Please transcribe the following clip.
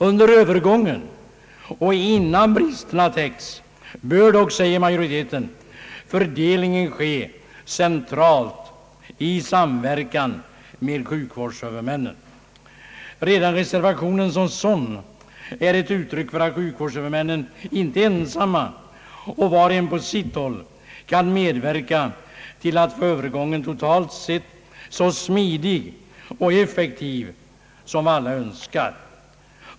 Under övergången och innan bristerna täckts bör dock, säger majoriteten, fördelningen ske centralt i samverkan med sjukvårdshuvudmännen. Redan reservationen som sådan är ett uttryck för att sjukvårdshuvudmännen inte ensamma och var och en på sitt håll kan medverka till att få övergången totalt sett så smidig och effektiv som alla önskar.